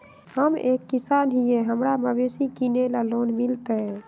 हम एक किसान हिए हमरा मवेसी किनैले लोन मिलतै?